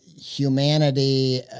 humanity